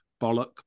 Bollock